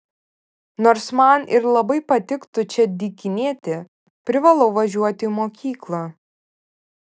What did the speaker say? nors man ir labai patiktų čia dykinėti privalau važiuoti į mokyklą